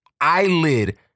eyelid